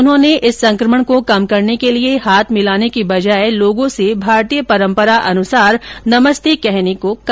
उन्होंने इस संक्रमण को कम करने के लिए हाथ मिलाने की बजाय लोगों से भारतीय परम्परा के अनुसार नमस्ते कहने को कहा